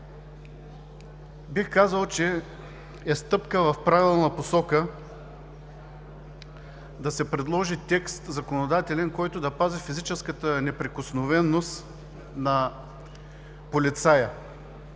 Бих казал, че е стъпка в правилна посока да се предложи законодателен текст, който да пази физическата неприкосновеност на полицая,